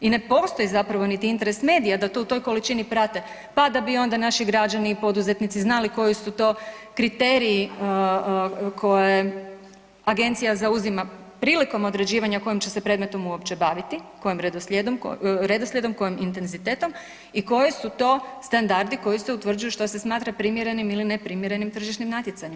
I ne postoji zapravo niti interes medija da to u toj količini prate pa da bi onda naši građani i poduzetnici znali koji su kriteriji koje agencija zauzima prilikom određivanja kojim će se predmetom uopće baviti, kojim redoslijedom, kojim intenzitetom i koji su to standardi koji se utvrđuju što se smatra primjerenim ili neprimjerenim tržišnim natjecanjem.